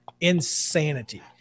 Insanity